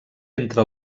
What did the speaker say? entre